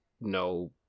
no